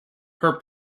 her